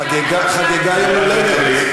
היא חגגה יום הולדת.